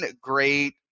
great